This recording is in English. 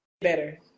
better